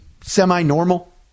semi-normal